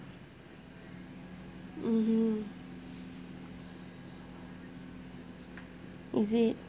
mm hmm is it